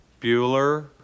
Bueller